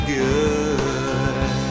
good